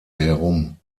herum